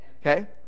okay